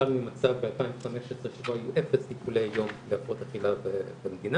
התחלנו ממצב ב-2015 שבו היו אפס טיפולי יום בהפרעות אכילה במדינה,